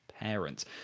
parents